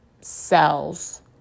cells